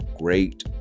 great